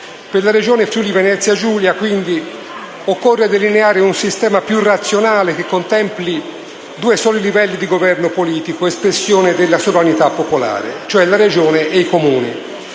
Per la Regione Friuli-Venezia Giulia, quindi, occorre delineare un sistema più razionale che contempli due soli livelli di governo politico, espressione della sovranità popolare, cioè la Regione e i Comuni.